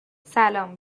سلام